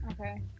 Okay